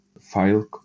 file